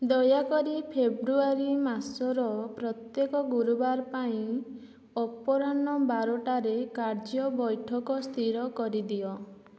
ଦୟାକରି ଫେବୃଆରୀ ମାସର ପ୍ରତ୍ୟେକ ଗୁରୁବାର ପାଇଁ ଅପରାହ୍ନ ବାରଟାରେ କାର୍ଯ୍ୟ ବୈଠକ ସ୍ଥିର କରିଦିଅ